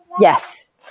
Yes